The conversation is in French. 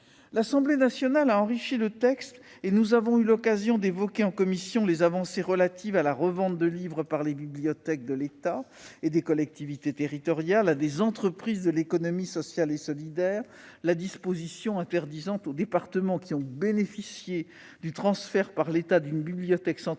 L'Assemblée nationale a enrichi le texte, et nous avons eu l'occasion d'évoquer en commission les avancées suivantes : la revente de livres par les bibliothèques de l'État et des collectivités territoriales à des entreprises de l'économie sociale et solidaire ; la disposition interdisant aux départements qui ont bénéficié du transfert par l'État d'une bibliothèque centrale